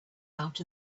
out